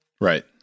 Right